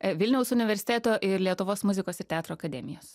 vilniaus universiteto ir lietuvos muzikos ir teatro akademijos